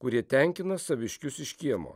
kurie tenkina saviškius iš kiemo